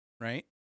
right